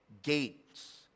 gates